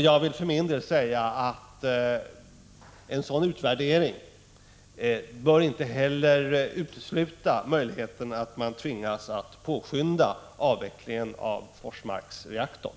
Jag vill för min del säga att en utvärdering inte heller bör utesluta möjligheten att man tvingas att påskynda avvecklingen av Forsmarksreaktorn.